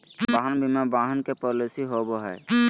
वाहन बीमा वाहन के पॉलिसी हो बैय हइ